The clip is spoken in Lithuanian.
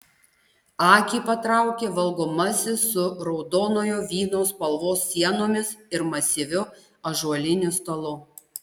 akį patraukė valgomasis su raudonojo vyno spalvos sienomis ir masyviu ąžuoliniu stalu